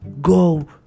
Go